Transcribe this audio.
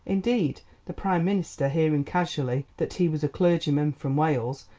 indeed the prime minister, hearing casually that he was a clergyman from wales,